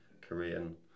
Korean